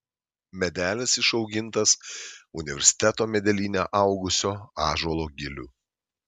medelis išaugintas universiteto medelyne augusio ąžuolo gilių